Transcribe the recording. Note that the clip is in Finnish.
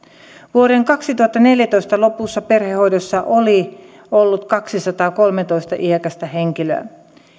vuoden kaksituhattaneljätoista lopussa perhehoidossa oli ollut kaksisataakolmetoista iäkästä henkilöä